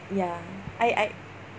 ya I I